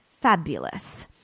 fabulous